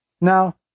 Now